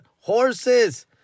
horses